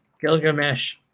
Gilgamesh